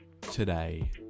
today